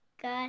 Good